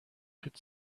could